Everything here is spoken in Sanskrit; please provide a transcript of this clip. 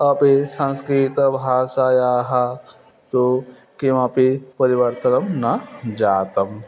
अपि संस्कृतभाषायाः तु किमपि परिवर्तनं न जातम्